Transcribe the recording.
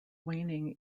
waning